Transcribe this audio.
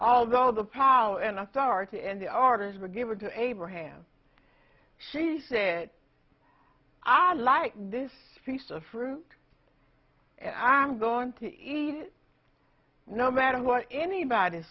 although the power and authority and the orders were given to abraham she said i like this piece of fruit and i'm going to eat it no matter what anybody